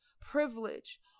privilege